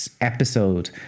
episode